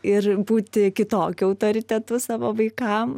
ir būti kitokiu autoritetu savo vaikam